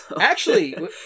Actually-